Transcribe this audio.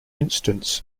instance